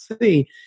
see